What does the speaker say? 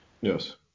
yes